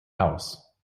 house